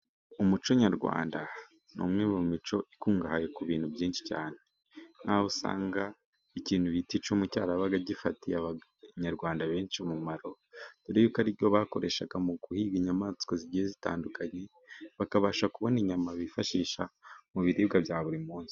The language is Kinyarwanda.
Umuco nyarwanda ni umwe mu mico ikungahaye ku bintu byinshi cyane ,nkaho usanga ikintu bita icumu cyarabaga gifitiye abanyarwanda benshi umumaro, dore ko ari byo bakoreshaga mu guhiga inyamaswa zigiye zitandukanye, bakabasha kubona inyama bifashisha mu biribwa bya buri munsi.